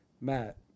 Matt